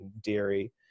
dairy